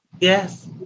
Yes